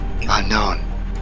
Unknown